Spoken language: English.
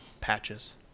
patches